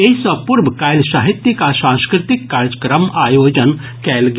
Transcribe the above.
एहि सँ पूर्व काल्हि साहित्यिक आ सांस्कृतिक कार्यक्रमक आयोजन भेल